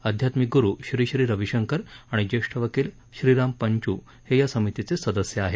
अध्यात्मिक गुरू श्री श्री रवीशंकर आणि ज्येष्ठ वकील श्रीराम पंचू हे या समितीचे सदस्य आहेत